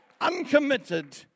Uncommitted